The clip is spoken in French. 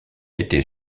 été